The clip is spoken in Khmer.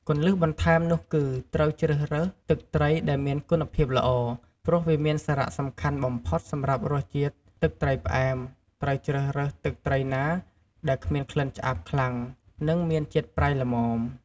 គន្លឹះបន្ថែមនោះគឺត្រូវជ្រើសរើស ទឹកត្រីដែលមានគុណភាពល្អ ព្រោះវាមានសារៈសំខាន់បំផុតសម្រាប់រសជាតិទឹកត្រីផ្អែម ត្រូវជ្រើសរើសទឹកត្រីណាដែលគ្មានក្លិនឆ្អាបខ្លាំង និងមានជាតិប្រៃល្មម។